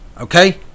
Okay